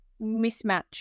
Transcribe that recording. mismatch